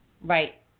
Right